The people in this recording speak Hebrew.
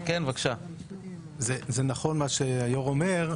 זה נכון מה שהיו"ר אומר,